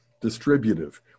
distributive